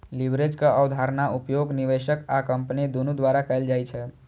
लीवरेजक अवधारणाक उपयोग निवेशक आ कंपनी दुनू द्वारा कैल जाइ छै